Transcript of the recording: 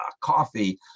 Coffee